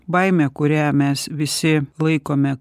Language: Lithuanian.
baimė kurią mes visi laikome